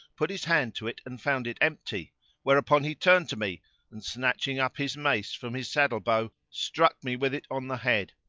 put his hand to it and found it empty whereupon he turned to me and, snatching up his mace from his saddle bow, struck me with it on the head.